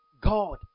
God